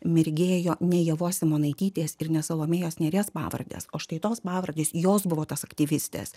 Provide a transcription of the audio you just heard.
mirgėjo ne ievos simonaitytės ir ne salomėjos nėries pavardės o štai tos pavardės jos buvo tos aktyvistės